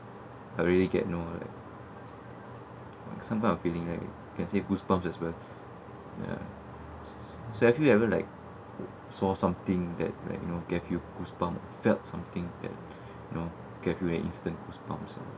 I really get annoyed sometimes I feeling like can say goosebumps as well ya so have you ever like saw something that like you know gave you goosebumps felt something that you know gave you an instant goosebumps